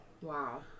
wow